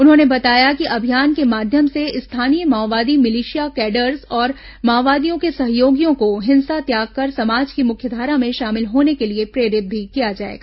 उन्होंने बताया कि अभियान के माध्यम से स्थानीय माओवादी मिलिशिया कैडर्स और माओवादियों के सहयोगियों को हिंसा त्याग कर समाज की मुख्यधारा में शामिल होने के लिए प्रेरित भी किया जाएगा